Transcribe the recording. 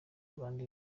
rwanda